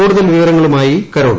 കൂടുതൽ വിവരങ്ങളുമായി കരോൾ